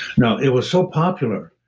now, it was so popular.